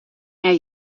now